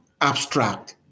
abstract